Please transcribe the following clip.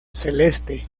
celeste